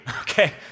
okay